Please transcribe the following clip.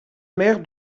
maire